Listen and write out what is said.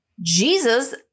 Jesus